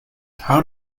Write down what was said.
how